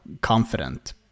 confident